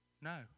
No